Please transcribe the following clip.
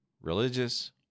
religious